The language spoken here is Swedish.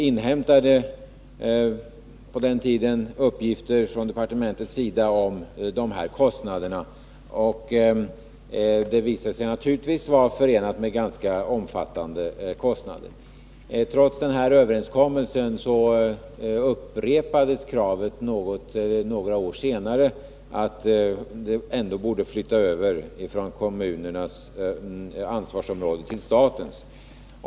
Departementet inhämtade uppgifter om dessa kostnader, och det visade sig naturligtvis att en överföring av huvudmannaskapet skulle vara förenad med ganska omfattande sådana. Trots överenskommelsen upprepades kravet några år senare på att det borde flyttas över från kommunernas ansvarsområde till statens.